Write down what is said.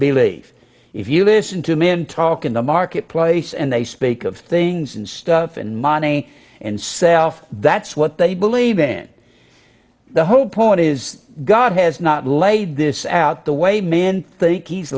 belief if you listen to him in talk in the market place and they speak of things and stuff and money and self that's what they believe in the whole point is god has not laid this out the way men think he's